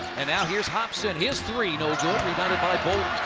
and now here's hobson. his three no good. rebounded by bouldin.